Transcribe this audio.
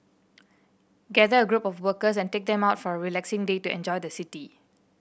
gather a group of workers and take them out for a relaxing day to enjoy the city